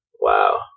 Wow